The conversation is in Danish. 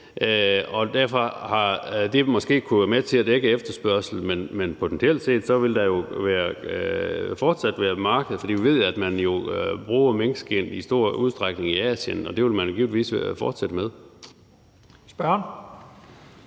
Derfor har det måske kunnet være med til at dække efterspørgslen, men potentielt set vil der jo fortsat være et marked, for vi ved, at man bruger minkskind i stor udstrækning i Asien, og det vil man givetvis fortsætte med.